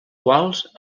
quals